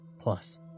Plus